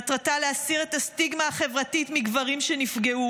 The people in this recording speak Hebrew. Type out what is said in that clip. מטרתה להסיר את הסטיגמה החברתית מגברים שנפגעו